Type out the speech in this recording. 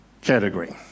category